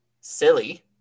silly